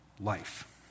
life